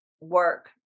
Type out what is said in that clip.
work